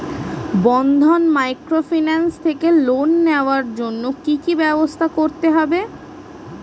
বন্ধন microfinance থেকে লোন নেওয়ার জন্য কি কি ব্যবস্থা করতে হবে?